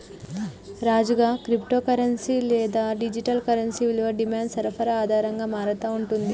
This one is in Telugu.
రాజుగా, క్రిప్టో కరెన్సీ లేదా డిజిటల్ కరెన్సీ విలువ డిమాండ్ సరఫరా ఆధారంగా మారతా ఉంటుంది